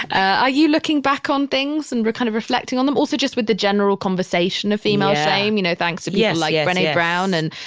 are you looking back on things and kind of reflecting on them? also just with the general conversation of female shame. you know, thanks to people but yeah like brene ah brown and,